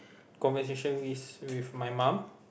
conversation with with my mom